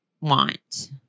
want